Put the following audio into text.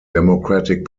democratic